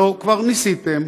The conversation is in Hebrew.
הלוא כבר ניסיתם,